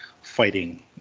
fighting